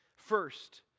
First